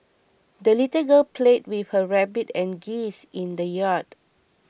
the little girl played with her rabbit and geese in the yard